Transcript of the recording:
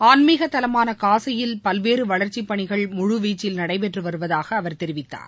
ஆன்மீக தலமான காசியில் பல்வேறு வளர்ச்சிப்பணிகள் முழுவீச்சில் நடைபெற்று வருவதாக அவர் தெரிவித்தார்